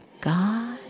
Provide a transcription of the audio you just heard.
God